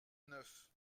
neuf